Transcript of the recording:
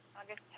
August